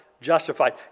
justified